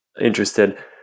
interested